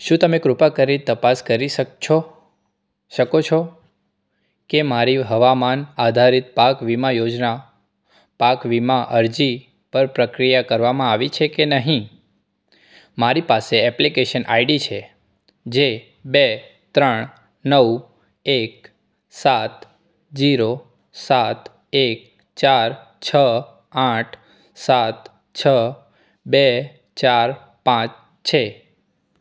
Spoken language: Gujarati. શું તમે કૃપા કરી તપાસ કરી શકો છો કે મારી હવામાન આધારિત પાક વીમા યોજના પાક વીમા અરજી પર પ્રક્રિયા કરવામાં આવી છે કે નહીં મારી પાસે એપ્લિકેશન આઈડી છે જે બે ત્રણ નવ એક સાત જીરો સાત એક ચાર છ આઠ સાત છ બે ચાર પાંચ છે